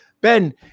Ben